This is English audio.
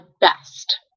best